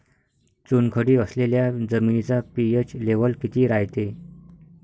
चुनखडी असलेल्या जमिनीचा पी.एच लेव्हल किती रायते?